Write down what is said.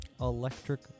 Electric